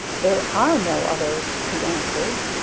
there are no others, he answered.